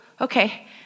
Okay